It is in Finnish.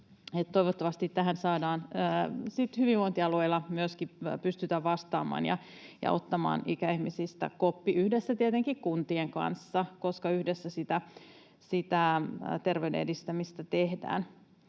Toivottavasti hyvinvointialueilla myöskin pystytään vastaamaan ja ottamaan ikäihmisistä koppi tietenkin yhdessä kuntien kanssa, koska yhdessä sitä terveyden edistämistä tehdään.